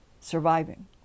surviving